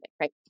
right